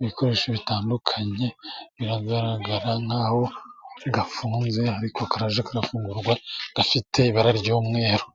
ibikoresho bitandukanye, biragaragara nk'aho gafunze ariko kajya gafungurwa, gafite ibara ry'umweru.